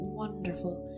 wonderful